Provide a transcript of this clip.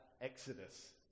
Exodus